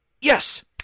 Yes